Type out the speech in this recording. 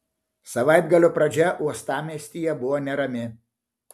savaitgalio pradžia uostamiestyje buvo nerami